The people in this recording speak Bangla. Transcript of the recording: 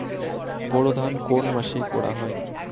বোরো ধান কোন মাসে করা হয়?